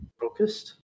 focused